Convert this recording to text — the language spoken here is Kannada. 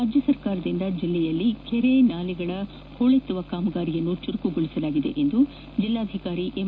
ರಾಜ್ಯ ಸರ್ಕಾರದಿಂದ ಜಿಲ್ಲೆಯಲ್ಲಿ ಕೆರೆ ನಾಲೆಗಳ ಹೂಳೆತ್ತುವ ಕಾಮಗಾರಿಯನ್ನು ಚುರುಕುಗೊಳಿಸಲಾಗಿದೆ ಎಂದು ಜಿಲ್ಲಾಧಿಕಾರಿ ಎಂ